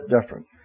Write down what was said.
different